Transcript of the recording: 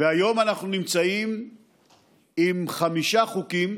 והיום אנחנו נמצאים עם חמישה חוקים